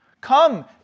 Come